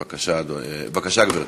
בבקשה, גברתי.